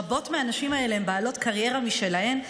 רבות מהנשים האלה הן בעלות קריירה משלהן,